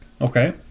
Okay